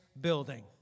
building